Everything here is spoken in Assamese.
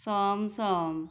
চমচম